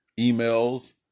emails